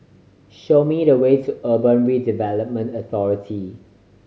show me the way to Urban Redevelopment Authority